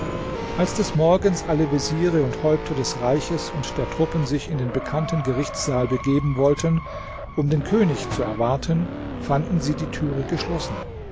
als des morgens alle veziere und häupter des reiches und der truppen sich in den bekannten gerichtssaal begeben wollten um den könig zu erwarten fanden sie die türe geschlossen